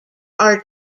are